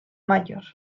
mayor